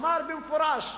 אמר במפורש: